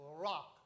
rock